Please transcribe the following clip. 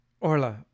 Orla